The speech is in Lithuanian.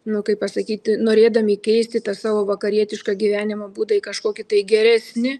nu kaip pasakyti norėdami keisti tą savo vakarietišką gyvenimo būdąį kažkokį tai geresnį